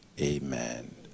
amen